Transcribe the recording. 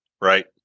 right